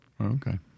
Okay